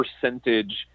percentage